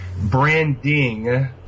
Branding